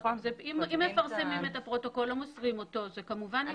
אם מפרסמים את הפרוטוקול או מוסרים אותו זה כמובן נמחק.